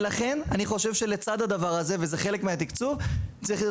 ולכן אני חושב שלצד הדבר הזה וזה חלק מהתקצוב צריך להיות